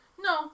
No